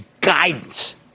guidance